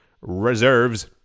Reserves